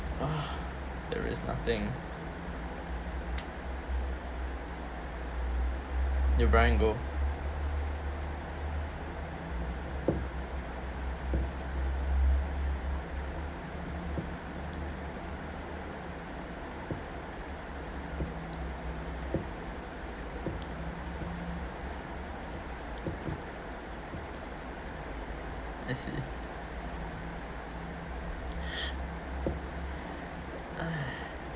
ah there is nothing yo brian go I see